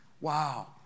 Wow